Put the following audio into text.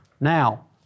Now